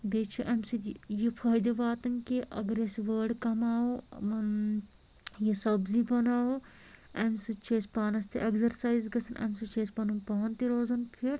بیٚیہِ چھُ اَمہِ سۭتۍ یہِ فٲیدٕ واتان کہِ اَگر أسۍ وٲر کَماوو یِمَن یہِ سَبزی بَناوو اَمہِ سۭتۍ چھِ اسہِ پانَس تہِ ایٚگزرسایز گژھان اَمہِ سۭتۍ چھُ اسہِ پَنُن پان تہِ روزان فِٹ